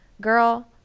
Girl